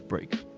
break